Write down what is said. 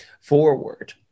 forward